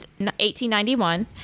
1891